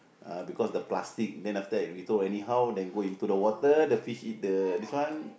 uh because the plastic then after that we throw anyhow then go into water the fish eat the this one